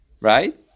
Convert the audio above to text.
Right